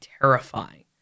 terrifying